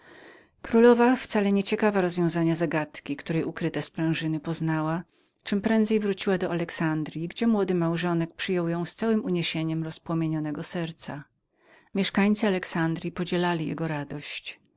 królowa wcale nie ciekawa rozwiązania zagadki której poznała ukryte sprężyny czemprędzej wróciła do alexandryi gdzie młody małżonek przyjął ją z całem uniesieniem rozpłomienionego serca mieszkańcy alexandryi podzielali jego radość